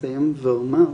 אסיים ואומר,